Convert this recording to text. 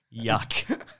Yuck